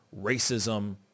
racism